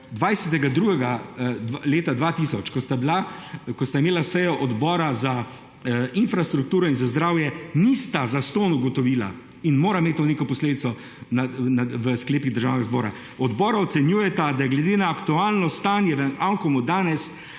20. 2. 2000, ko sta imela sejo odbora za infrastrukturo in za zdravje, nista zastonj ugotovila in mora imeti to neko posledico v sklepih Državnega zbora, »… Odbora ocenjujeta, da glede na aktualno stanje v Anhovemu edanes